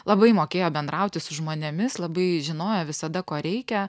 labai mokėjo bendrauti su žmonėmis labai žinojo visada ko reikia